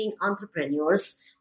entrepreneurs